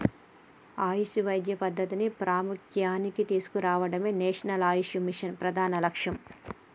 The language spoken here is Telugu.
ఆయుష్ వైద్య పద్ధతిని ప్రాముఖ్య్యానికి తీసుకురావడమే నేషనల్ ఆయుష్ మిషన్ ప్రధాన లక్ష్యం